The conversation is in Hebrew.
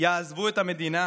יעזבו את המדינה?